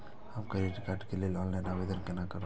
हम credit card के लेल ऑनलाइन आवेदन केना करब?